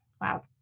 wow